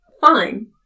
Fine